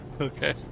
Okay